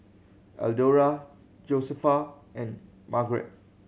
Eldora Josefa and Margarett